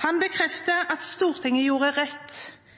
Han bekrefter at Stortinget gjorde rett